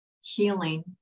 healing